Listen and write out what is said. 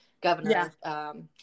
governor